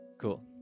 Cool